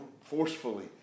forcefully